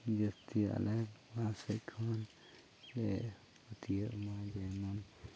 ᱡᱟᱛᱮ ᱟᱞᱮ ᱚᱲᱟᱜ ᱥᱮᱫ ᱠᱷᱚᱱ ᱡᱮ ᱯᱟᱹᱛᱭᱟᱹᱜ ᱢᱟ ᱡᱮᱢᱚᱱ